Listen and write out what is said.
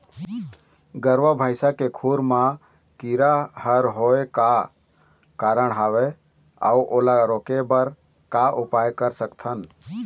गरवा भैंसा के खुर मा कीरा हर होय का कारण हवए अऊ ओला रोके बर का उपाय कर सकथन?